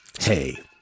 Hey